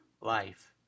life